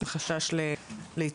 עם חשש להתאבדות.